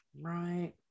Right